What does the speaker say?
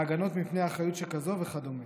ההגנות מפני אחריות שכזו וכדומה.